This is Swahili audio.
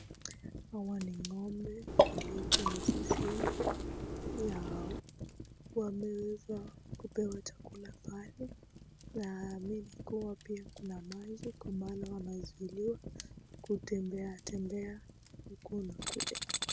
Hawa ni ng'ombe walio kwenye zizi yao. Wameweza kupewa chakula pale. Naamini kuwa pia kuna maji kwa maana wamezuiliwa kutembeatembea huku na kule.